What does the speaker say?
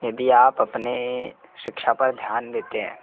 यदि आप अपने शिक्षा पर ध्यान देते हैं